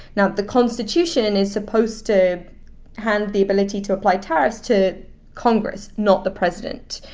now, the constitution is supposed to hand the ability to apply tariffs to congress, not the president.